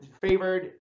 favored